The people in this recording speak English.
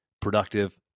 productive